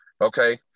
Okay